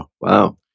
Wow